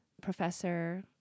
professor